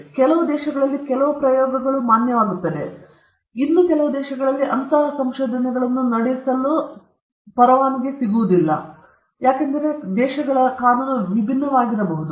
ಆದ್ದರಿಂದ ಕೆಲವು ದೇಶಗಳಲ್ಲಿ ಕೆಲವು ಪ್ರಯೋಗಗಳು ಅಥವಾ ಸಂಶೋಧನೆಗಳನ್ನು ನಡೆಸಲಾಗುವುದಿಲ್ಲ ಆದರೆ ಕೆಲವು ಇತರ ದೇಶಗಳಲ್ಲಿ ಕಾನೂನು ಭಿನ್ನವಾಗಿರಬಹುದು